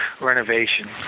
renovation